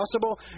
possible